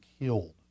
killed